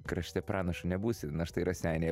krašte pranašu nebūsi na štai raseiniai